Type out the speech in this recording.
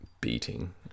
beating